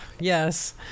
Yes